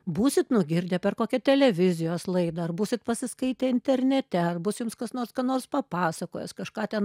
būsit nugirdę per kokią televizijos laidą ar būsit pasiskaitę internete ar bus jums kas nors ką nors papasakojęs kažką ten